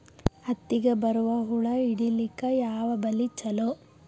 ಹತ್ತಿಗ ಬರುವ ಹುಳ ಹಿಡೀಲಿಕ ಯಾವ ಬಲಿ ಚಲೋ?